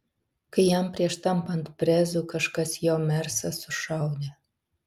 kai jam prieš tampant prezu kažkas jo mersą sušaudė